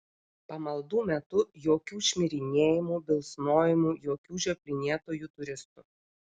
pamaldų metu jokių šmirinėjimų bilsnojimų jokių žioplinėtojų turistų